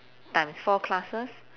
times four classes